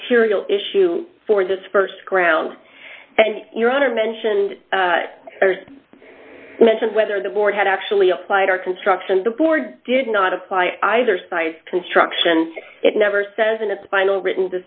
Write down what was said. material issue for this st ground and your honor mentioned mentioned whether the board had actually applied or construction the board did not apply either side construction it never says in its final written